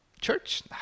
Church